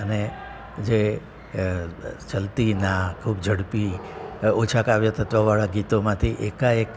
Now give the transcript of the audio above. અને જે ચલતીના ખૂબ ઝડપી ઓછા કાવ્ય તત્ત્વવાળા ગીતોમાંથી એકાએક